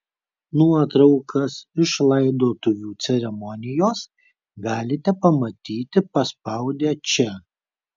nuotraukas iš laidotuvių ceremonijos galite pamatyti paspaudę čia